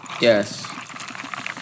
Yes